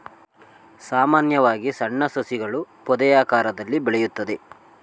ಸಾಮಾನ್ಯವಾಗಿ ಸಣ್ಣ ಸಸಿಗಳು ಪೊದೆಯಾಕಾರದಲ್ಲಿ ಬೆಳೆಯುತ್ತದೆ